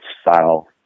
style